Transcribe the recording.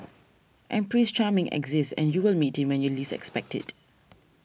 and Prince Charming exists and you will meet him when you least expect it